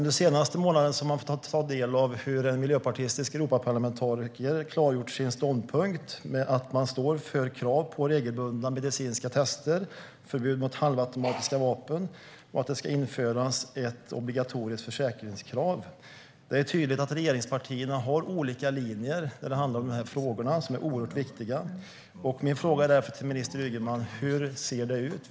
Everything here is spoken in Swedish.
Den senaste månaden har vi fått ta del av en miljöpartistisk Europaparlamentarikers ståndpunkt vad gäller att man står för krav på regelbundna medicinska tester, förbud mot halvautomatiska vapen och att krav på obligatorisk försäkring ska införas. Det är tydligt att regeringspartierna har olika linjer i de här viktiga frågorna. Min fråga till inrikesminister Ygeman är därför: Hur ser det ut?